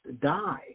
die